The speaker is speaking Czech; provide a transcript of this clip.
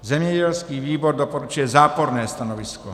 Zemědělský výbor doporučuje záporné stanovisko.